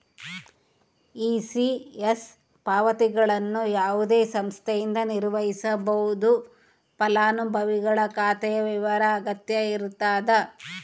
ECS ಪಾವತಿಗಳನ್ನು ಯಾವುದೇ ಸಂಸ್ಥೆಯಿಂದ ನಿರ್ವಹಿಸ್ಬೋದು ಫಲಾನುಭವಿಗಳ ಖಾತೆಯ ವಿವರ ಅಗತ್ಯ ಇರತದ